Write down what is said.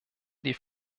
die